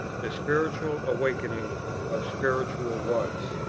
the spiritual awakening of spiritual wants.